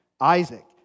Isaac